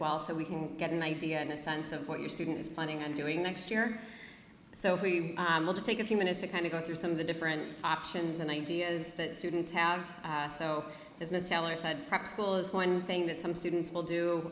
well so we can get an idea in the sense of what your students planning on doing next year so we will just take a few minutes to kind of go through some of the different options and ideas that students have so there's no sailor said prep school is one thing that some students will do